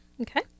Okay